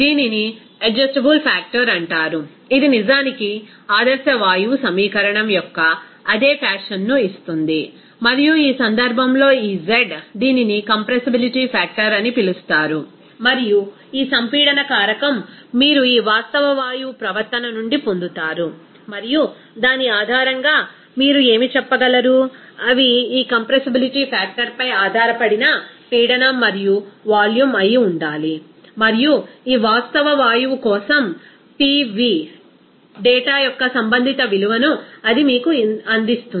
దీనిని adjustable factor అంటారు ఇది నిజానికి ఆదర్శ వాయువు సమీకరణం యొక్క అదే ఫ్యాషన్ను ఇస్తుంది మరియు ఈ సందర్భంలో ఈ z దీనిని కంప్రెసిబిలిటీ ఫ్యాక్టర్ అని పిలుస్తారు మరియు ఈ సంపీడన కారకం మీరు ఈ వాస్తవ వాయువు ప్రవర్తన నుండి పొందుతారు మరియు దాని ఆధారంగా మీరు ఏమి చెప్పగలరు అవి ఈ కంప్రెసిబిలిటీ ఫ్యాక్టర్పై ఆధారపడిన పీడనం మరియు వాల్యూమ్ అయి ఉండాలి మరియు ఈ వాస్తవ వాయువు కోసం PV డేటా యొక్క సంబంధిత విలువను ఇది మీకు అందిస్తుంది